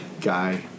guy